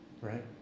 right